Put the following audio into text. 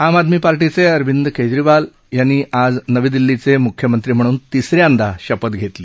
आम आदमी पार्टीचे अरविंद केजरीवाल यांनी आज नवी दिल्लीचे मुख्यमंत्री म्हणून तिसऱ्यांदा शपथ घेतली